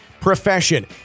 profession